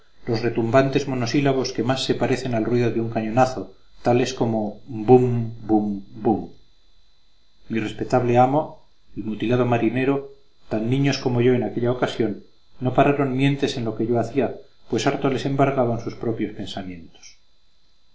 los retumbantes monosílabos que más se parecen al ruido de un cañonazo tales como bum bum bum mi respetable amo el mutilado marinero tan niños como yo en aquella ocasión no pararon mientes en lo que yo hacía pues harto les embargaban sus propios pensamientos